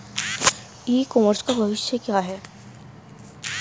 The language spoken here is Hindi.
ई कॉमर्स का भविष्य क्या है?